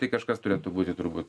tai kažkas turėtų būti turbūt